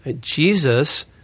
Jesus